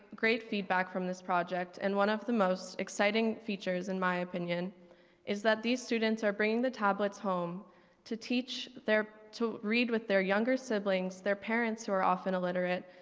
great feedback from this project and one of the most exciting features in my opinion is that these students are bringing the tablets home to teach their to read with their younger siblings, their parents are often illiterate,